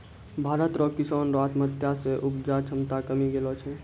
भारत रो किसानो रो आत्महत्या से उपजा क्षमता कमी गेलो छै